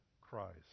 Christ